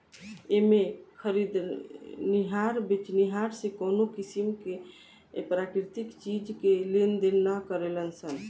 एमें में खरीदनिहार बेचनिहार से कवनो किसीम के प्राकृतिक चीज के लेनदेन ना करेलन सन